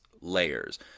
layers